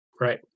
Right